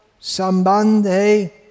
Sambandhe